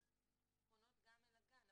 פונות גם אל הגן.